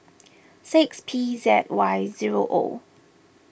six P Z Y zero O